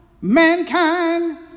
mankind